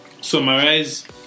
summarize